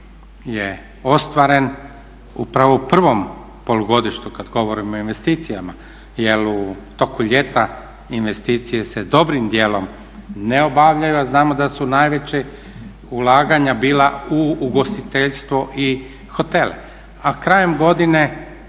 je ostvaren upravo u prvom polugodištu kad govorim o investicijama, jer u toku ljeta investicije se dobrim dijelom ne obavljaju, a znamo da su najveća ulaganja bila u ugostiteljstvo i hotele. A krajem godine